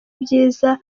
byiza